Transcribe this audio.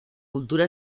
cultura